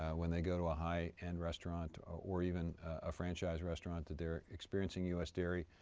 when they go to a high end restaurant or even a franchise restaurant that they're experiencing u s. dairy,